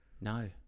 no